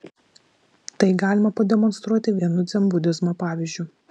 tai galima pademonstruoti vienu dzenbudizmo pavyzdžiu